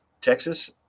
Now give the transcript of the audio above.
Texas